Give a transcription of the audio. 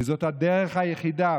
כי זאת הדרך היחידה,